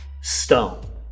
stone